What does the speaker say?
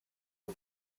who